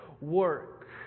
work